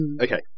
Okay